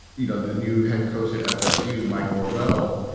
you know, the new head coach at fsu, mike norvelle,